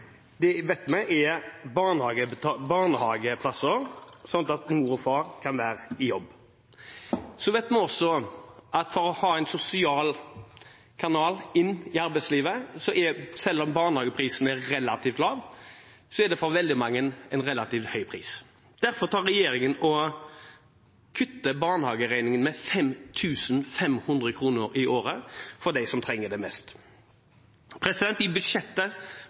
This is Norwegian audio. arbeidslinjen vet vi er barnehageplasser, sånn at mor og far kan være i jobb. Så vet vi også at for å ha en sosial kanal inn i arbeidslivet er det, selv om barnehageprisen er relativt lav, for veldig mange en relativt høy pris. Derfor kutter regjeringen barnehageregningen med 5 500 kr i året for dem som trenger det mest. I